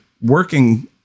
working